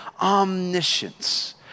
omniscience